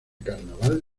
carnaval